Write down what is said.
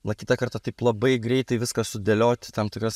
va kitą kartą taip labai greitai viską sudėliot į tam tikras